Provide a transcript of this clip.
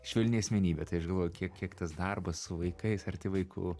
švelni asmenybė tai aš galvoju kiek kiek tas darbas su vaikais arti vaikų